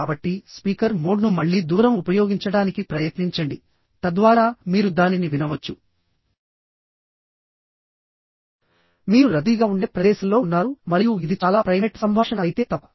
కాబట్టి స్పీకర్ మోడ్ను మళ్లీ దూరం ఉపయోగించడానికి ప్రయత్నించండి తద్వారా మీరు దానిని వినవచ్చు మీరు రద్దీగా ఉండే ప్రదేశంలో ఉన్నారు మరియు ఇది చాలా ప్రైమేట్ సంభాషణ అయితే తప్ప